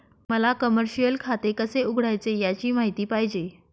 मला कमर्शिअल खाते कसे उघडायचे याची माहिती पाहिजे